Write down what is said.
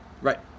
right